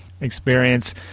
experience